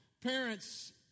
Parents